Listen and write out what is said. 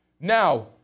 Now